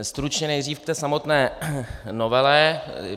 Stručně nejdřív k té samotné novele.